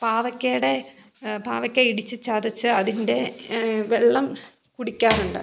പാവയ്ക്കയുടെ പാവയ്ക്ക ഇടിച്ചു ചതച്ച് അതിൻ്റെ വെള്ളം കുടിക്കാറുണ്ട്